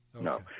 No